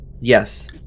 Yes